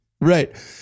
Right